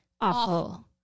Awful